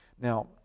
Now